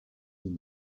from